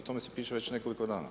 O tome se piše već nekoliko dana.